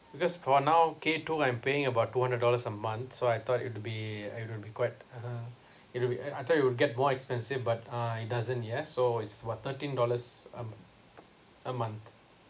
because for now K two I'm paying about two hundred dollars a month so I thought it'd be it'd be quite uh you know we I I thought it will get more expensive but uh it doesn't yet so it's about thirteen dollars a mo~ a month